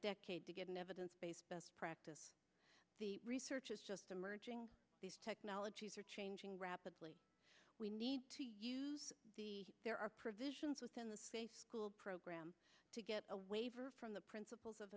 decade to get an evidence based practice the research is just emerging technologies are changing rapidly we need to use the there are provisions within the school program to get a waiver from the principles of